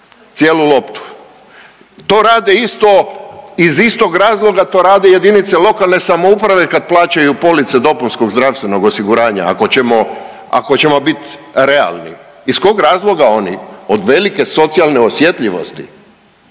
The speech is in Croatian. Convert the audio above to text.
cijelu loptu. To rade isto, iz istog razloga to rade jedinice lokalne samouprave kad plaćaju police dopunskog zdravstvenog osiguranja, ako ćemo, ako ćemo bit realni. Iz kog razloga oni, od velike socijalne osjetljivosti?